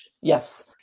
yes